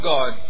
God